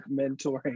mentoring